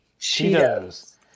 Cheetos